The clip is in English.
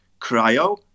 Cryo